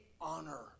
honor